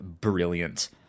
brilliant